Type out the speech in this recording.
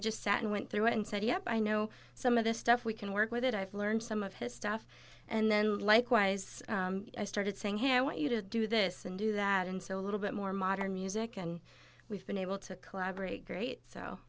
just sat and went through it and said yeah i know some of the stuff we can work with it i've learned some of his stuff and then likewise i started saying hey i want you to do this and do that and so a little bit more modern music and we've been able to collaborate great so